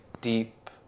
deep